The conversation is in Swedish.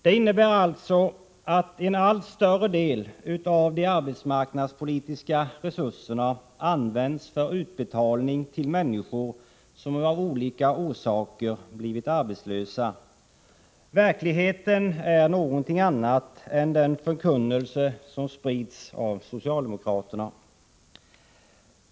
Det innebär alltså att en allt större del av de arbetsmarknadspolitiska resurserna används för utbetalning till människor som av olika orsaker blivit arbetslösa. Verkligheten är någonting annat än vad som förkunnas av socialdemokraterna.